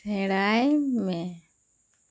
ᱥᱮᱬᱟᱭ ᱢᱮ